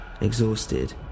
exhausted